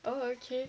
oh okay